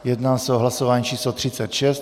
Jedná se o hlasování číslo 36.